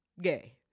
gay